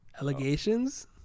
Allegations